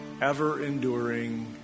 ever-enduring